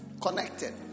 connected